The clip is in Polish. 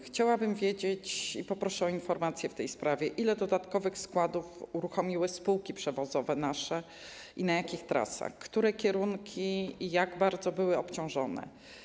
Chciałabym wiedzieć - i poproszę o informację na ten temat - ile dodatkowych składów uruchomiły nasze spółki przewozowe i na jakich trasach, które kierunki i jak bardzo były obciążone.